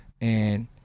And-